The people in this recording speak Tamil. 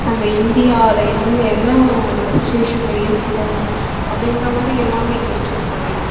நம்ம இந்தியாவில் எந்த என்ன நம்ம சுச்சிவேஷனில் இருக்கோம் அப்படின்ற மாதிரி எல்லாமே மென்ஷன் பண்ணேன்